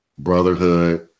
brotherhood